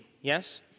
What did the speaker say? Yes